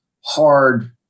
hard